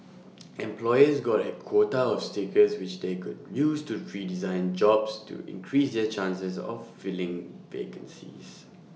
employers got A quota of stickers which they could use to redesign jobs to increase their chances of filling vacancies